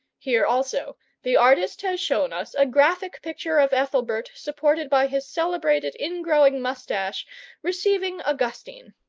here also the artist has shown us a graphic picture of ethelbert supported by his celebrated ingrowing moustache receiving augustine.